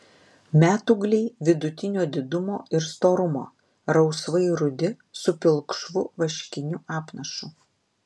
metūgliai vidutinio didumo ir storumo rausvai rudi su pilkšvu vaškiniu apnašu